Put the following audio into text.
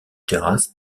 terrasse